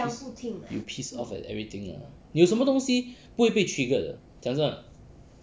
please you piss off at everything ah 有什么东西不会被 trigger 的讲真的